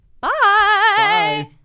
Bye